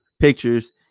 pictures